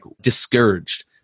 discouraged